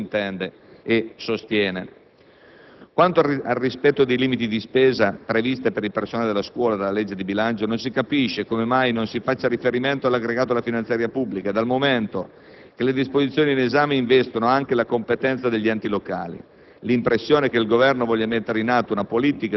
Si tratta di opzioni già operanti che questa norma sottintende e sostiene. Quanto al rispetto dei limiti di spesa previsti per il personale della scuola e della legge di bilancio, non si capisce come mai non si faccia riferimento all'aggregato alla finanziaria pubblica, dal momento che le disposizioni in esame investono anche la competenza degli enti locali.